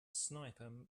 sniper